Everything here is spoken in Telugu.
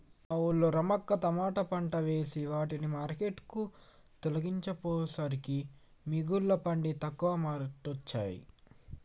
మా వూళ్ళో రమక్క తమాట పంట వేసే వాటిని మార్కెట్ కు తోల్కపోయేసరికే మిగుల పండి తక్కువ రేటొచ్చె